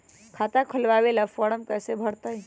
खाता खोलबाबे ला फरम कैसे भरतई?